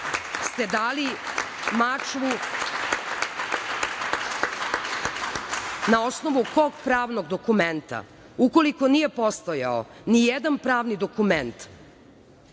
ste dali Mačvu, na osnovu kog pravnog dokumenta? Ukoliko nije postojao nijedan pravni dokument,